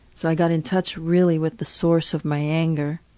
so i got in touch really with the source of my anger,